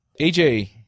AJ